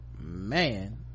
man